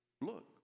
Look